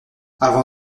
avant